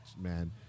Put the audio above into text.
man